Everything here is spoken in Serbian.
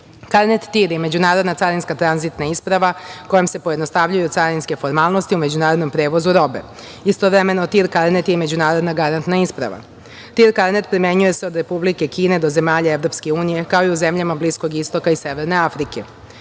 TIR je međunarodna carinska tranzitna isprava kojom se pojednostavljuju carinske formalnosti u međunarodnom prevozu robe. Istovremeno, TIR karnet je i međunarodna garantna isprava. Karnet TIR se primenjuje od Republike Kine do zemalja EU, kao i u zemljama Bliskog Istoka i severne Afrike.